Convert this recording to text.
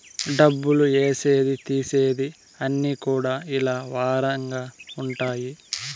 డబ్బులు ఏసేది తీసేది అన్ని కూడా ఇలా వారంగా ఉంటాయి